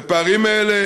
והפערים האלה,